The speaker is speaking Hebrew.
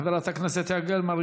חברת הכנסת יעל גרמן,